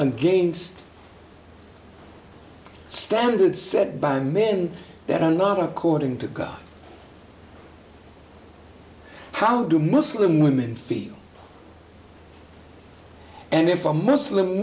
against the standards set by men that are not according to god how do muslim women feel and if a muslim